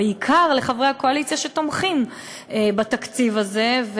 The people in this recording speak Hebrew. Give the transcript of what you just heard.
בעיקר לחברי הקואליציה שתומכים בתקציב הזה.